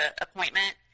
appointment